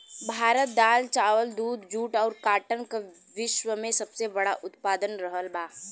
भारत दाल चावल दूध जूट और काटन का विश्व में सबसे बड़ा उतपादक रहल बा